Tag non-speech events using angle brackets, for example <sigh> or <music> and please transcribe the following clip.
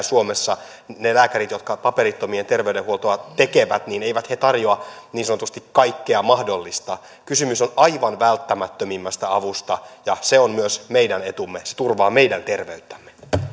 <unintelligible> suomessa ne lääkärit jotka paperittomien terveydenhuoltoa tekevät eivät tarjoa niin sanotusti kaikkea mahdollista kysymys on aivan välttämättömimmästä avusta ja se on myös meidän etumme se turvaa meidän terveyttämme